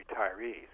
retirees